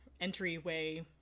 entryway